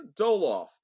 Doloff